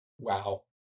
Wow